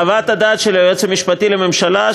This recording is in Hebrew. חוות הדעת של היועץ המשפטי לממשלה,